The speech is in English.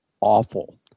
Awful